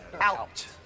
Out